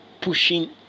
pushing